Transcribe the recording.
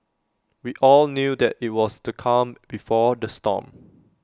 we all knew that IT was the calm before the storm